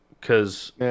cause